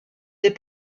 des